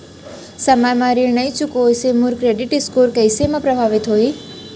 समय म ऋण नई चुकोय से मोर क्रेडिट स्कोर कइसे म प्रभावित होही?